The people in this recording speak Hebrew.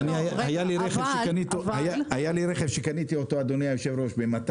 היה לי רכב שקניתי ב-200,000,